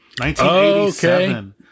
1987